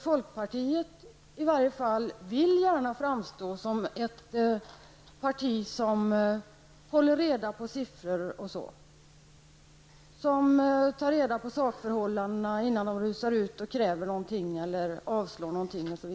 Folkpartiet vill i varje fall framstå som ett parti som håller reda på siffror och sådant, och som tar reda på sakförhållandena innan man rusar i väg och kräver resp. avvisar någonting.